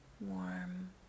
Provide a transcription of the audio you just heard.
warm